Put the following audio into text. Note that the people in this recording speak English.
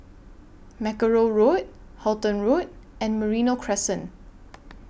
Mackerrow Road Halton Road and Merino Crescent